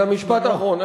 למשפט האחרון.